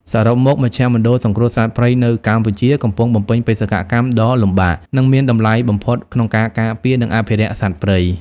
សរុបមក មជ្ឈមណ្ឌលសង្គ្រោះសត្វព្រៃនៅកម្ពុជាកំពុងបំពេញបេសកកម្មដ៏លំបាក និងមានតម្លៃបំផុតក្នុងការការពារ និងអភិរក្សសត្វព្រៃ។